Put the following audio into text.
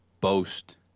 boast